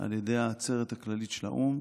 על ידי העצרת הכללית של האו"ם